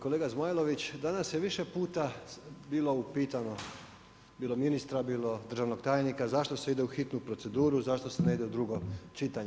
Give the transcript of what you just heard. Kolega Zmajlović, danas je više puta bilo upitano bilo ministra, bilo državnog tajnika zašto se ide u hitnu proceduru, zašto se ne ide u drugo čitanje?